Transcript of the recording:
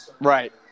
Right